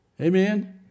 Amen